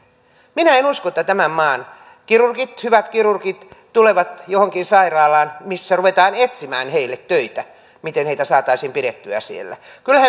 minä en usko että tämän maan hyvät kirurgit tulevat johonkin sairaalaan missä ruvetaan etsimään heille töitä millä heitä saataisiin pidettyä siellä kyllähän